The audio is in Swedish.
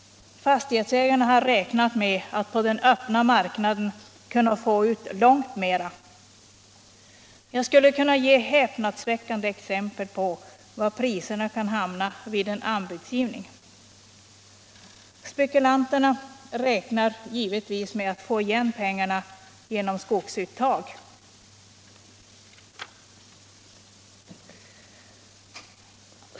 Fastighetsägarna har räknat med att på den öppna marknaden kunna få ut långt mera. Jag skulle kunna ge häpnadsväckande exempel på var priserna kan hamna vid en anbudsgivning. Spekulanterna räknar givetvis med att få igen pengarna, genom skogsuttag.